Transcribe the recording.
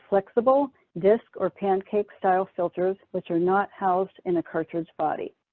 flexible disc or pancake style filters, which are not housed in a cartridge body.